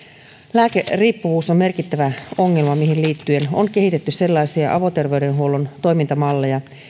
lääkeriippuvuus on merkittävä ongelma mihin liittyen on kehitetty sellaisia avoterveydenhuollon toimintamalleja